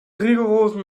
rigorosen